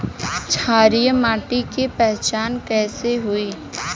क्षारीय माटी के पहचान कैसे होई?